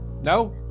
No